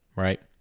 right